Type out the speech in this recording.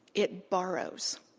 it borrows.